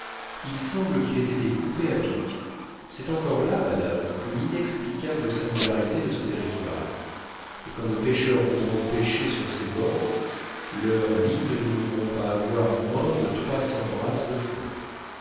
il semble qu'il ait été coupé à pic c'est encore là madame une inexplicable singularité de ce territoire et quand nos pêcheurs voudront pêcher sur ses bords leurs lignes ne devront pas avoir moins de trois cents brasses de fond